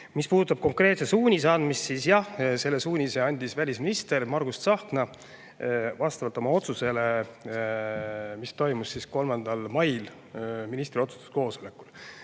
Mis puudutab konkreetse suunise andmist, siis jah, selle suunise andis välisminister Margus Tsahkna vastavalt oma otsusele, mis [tehti] 3. mail ministri otsustuskoosolekul.